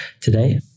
today